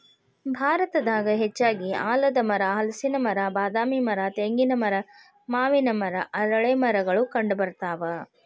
ಭಾರತದಾಗ ಹೆಚ್ಚಾಗಿ ಆಲದಮರ, ಹಲಸಿನ ಮರ, ಬಾದಾಮಿ ಮರ, ತೆಂಗಿನ ಮರ, ಮಾವಿನ ಮರ, ಅರಳೇಮರಗಳು ಕಂಡಬರ್ತಾವ